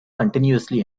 continuously